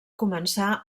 començar